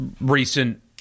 recent